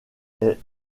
est